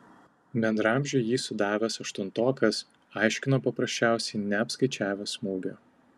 bendraamžiui jį sudavęs aštuntokas aiškino paprasčiausiai neapskaičiavęs smūgio